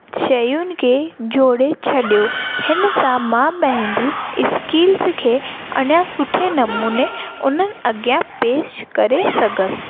शयुनि खे जोड़े छॾियो हिन सां मां पंहिंजी स्कील्स खे अञा सुठे नमूने उन्हनि अॻियां पेश करे सघियसि